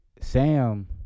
Sam